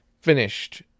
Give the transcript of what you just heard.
finished